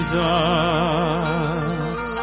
Jesus